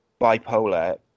bipolar